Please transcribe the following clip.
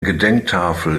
gedenktafel